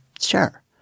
Sure